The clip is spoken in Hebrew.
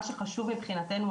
מה שחשוב מבחינתנו,